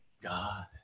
God